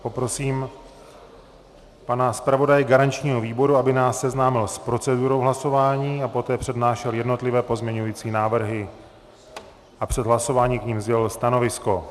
Poprosím pana zpravodaje garančního výboru, aby nás seznámil s procedurou hlasování a poté přednášel jednotlivé pozměňovací návrhy a před hlasováním k nim sdělil stanovisko.